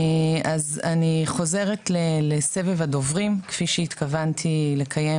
אז אני חוזרת לסבב הדוברים כפי שהתכוונתי לקיים